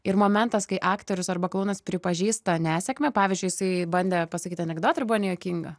ir momentas kai aktorius arba klounas pripažįsta nesėkmę pavyzdžiui jisai bandė pasakyt anekdotą arba nejuokinga